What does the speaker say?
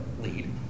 lead